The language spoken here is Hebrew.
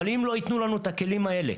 אבל אם לא ייתנו לנו את הכלים האלה